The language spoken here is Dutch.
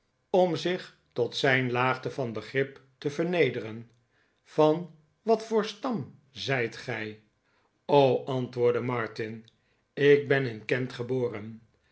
om zich tot zijn laagte van begrip te vernederen van wat voor stam zijt gij antwoordde martin ik ben in kent geboren